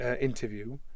interview